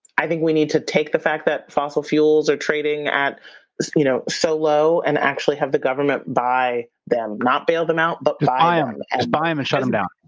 i think we need to take the fact that fossil fuels are trading at you know so low and actually have the government buy them, not bail them out, but buy ah and them. buy um and shut them down.